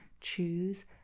choose